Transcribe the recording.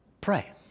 pray